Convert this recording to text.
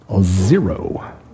Zero